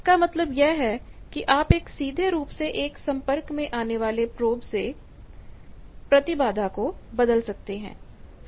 इसका मतलब यह है कि आप एक सीधे रूप से संपर्क में आने वाले प्रोब से इस बिंदु पर प्रतिबाधा को बदल सकते हैं